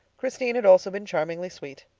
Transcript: christine had also been charmingly sweet.